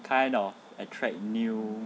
kind of attract new